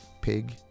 Pig